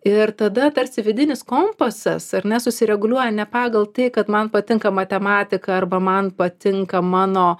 ir tada tarsi vidinis kompasas ar ne susireguliuoja ne pagal tai kad man patinka matematika arba man patinka mano